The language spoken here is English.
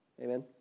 Amen